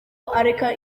areka